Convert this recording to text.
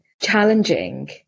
challenging